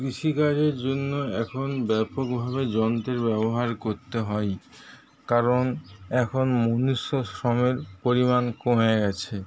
কৃষিকাজের জন্য এখন ব্যাপকভাবে যন্ত্রের ব্যবহার করতে হয়ই কারণ এখন মনুষ্য শ্রমের পরিমাণ কমে গেছে